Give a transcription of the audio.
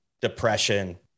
depression